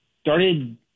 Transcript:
started